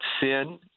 sin